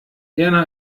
erna